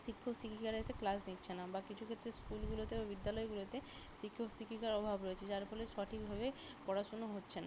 শিক্ষক শিক্ষিকারা এসে ক্লাস নিচ্ছে না বা কিছু ক্ষেত্রে স্কুলগুলোতে বা বিদ্যালয়গুলোতে শিক্ষক শিক্ষিকার অভাব রয়েছে যার ফলে সঠিকভাবে পড়াশুনো হচ্ছে না